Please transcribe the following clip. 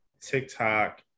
TikTok